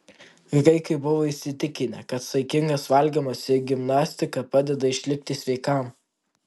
graikai buvo įsitikinę kad saikingas valgymas ir gimnastika padeda išlikti sveikam